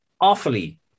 awfully